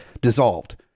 dissolved